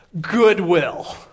goodwill